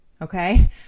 Okay